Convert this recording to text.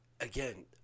again